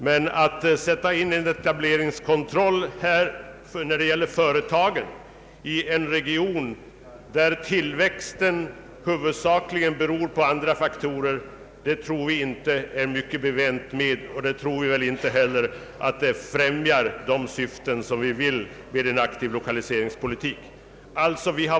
Men att sätta in en kontroll eller tillståndsgivning för företagsetablering i en region, där tillväxten huvudsakligen beror på andra faktorer, tror vi inte att det är mycket bevänt med. Vi tror inte heller att det främjar en aktiv 1okaliseringspolitik.